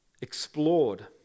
explored